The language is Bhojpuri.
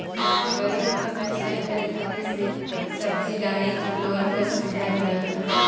गरीब क व्यवसाय करे खातिर सब्सिडाइज लोन क सुविधा मिलला